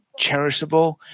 cherishable